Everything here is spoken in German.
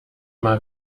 mal